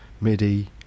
MIDI